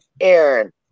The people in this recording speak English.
Aaron